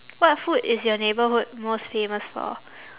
what food is your neighbourhood most famous for